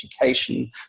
education